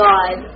God